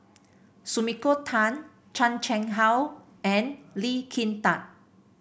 Sumiko Tan Chan Chang How and Lee Kin Tat